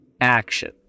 action